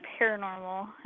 paranormal